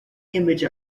image